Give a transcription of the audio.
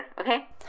okay